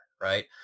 right